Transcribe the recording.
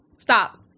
stop.